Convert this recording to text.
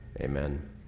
Amen